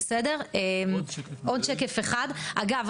אגב,